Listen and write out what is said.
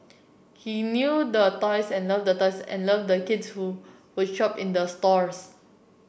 he knew the toys and loved the toys and loved the kids who would shop in the stores